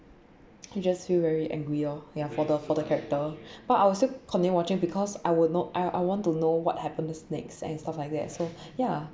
you just feel very angry lor yeah for the for the character but I'll still continue watching because I will not I I want to know what happens next and stuff like that so ya